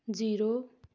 zero